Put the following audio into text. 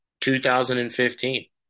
2015